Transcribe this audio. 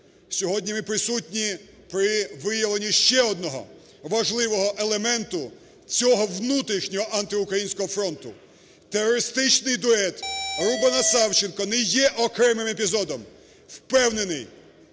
Сьогодні ми присутні при виявленні ще одного важливого елементу цього внутрішнього антиукраїнського фронту – терористичний дует Рубана, Савченко не є окремим епізодом, впевнений